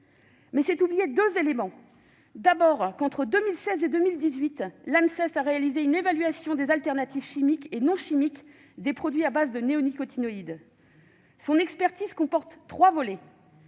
Mais c'est oublier deux éléments. D'abord, entre 2016 et 2018, l'Anses a réalisé une évaluation des alternatives chimiques et non chimiques des produits à base de néonicotinoïdes. Son expertise comporte trois volets